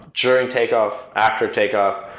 during takeoff, after takeoff,